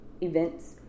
events